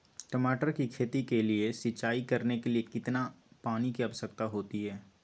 टमाटर की खेती के लिए सिंचाई करने के लिए कितने पानी की आवश्यकता होती है?